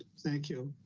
thank you.